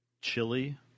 chili